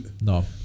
No